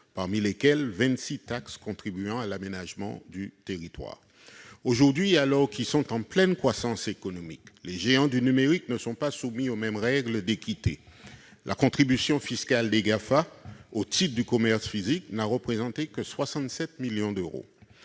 parmi lesquels 26 taxes contribuant à l'aménagement du territoire. Aujourd'hui, alors qu'ils sont en pleine croissance économique, les géants du numérique ne sont pas soumis aux mêmes règles d'équité. La contribution fiscale des GAFA au titre du commerce physique n'a représenté que 67 millions d'euros.